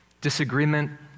disagreement